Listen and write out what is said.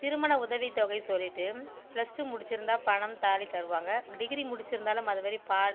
திருமண உதவித்தொகை சொல்லிட்டு ப்ளஸ் டூ முடிச்சிருந்தால் பணம் தாலி தருவாங்க டிகிரி முடிச்சிருந்தாலும் அது மாரி பால்